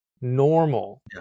normal